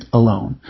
alone